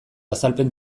azalpen